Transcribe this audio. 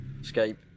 Escape